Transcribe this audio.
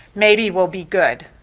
maybe we'll be good.